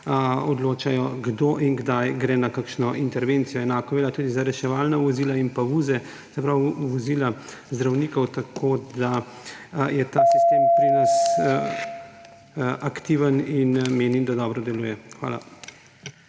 odločajo, kdo in kdaj gre na kakšno intervencijo. Enako velja tudi za reševalna vozila in vozila zdravnikov, tako da je ta sistem pri nas aktiven in menim, da dobro deluje. Hvala.